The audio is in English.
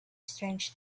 strange